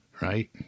right